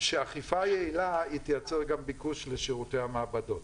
שאכיפה יעילה תייצר גם ביקוש לשירותי המעבדות.